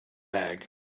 bag